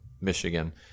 Michigan